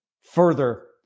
further